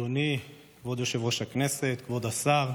אדוני כבוד יושב-ראש הכנסת, כבוד השר,